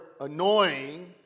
annoying